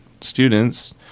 students